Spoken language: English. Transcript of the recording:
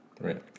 Right